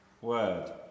word